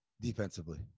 Defensively